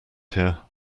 here